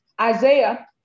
Isaiah